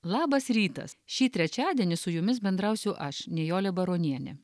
labas rytas šį trečiadienį su jumis bendrausiu aš nijolė baronienė